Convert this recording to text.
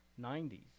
90s